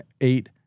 eight